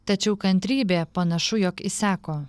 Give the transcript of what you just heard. tačiau kantrybė panašu jog išseko